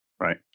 Right